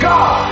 God